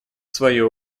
свою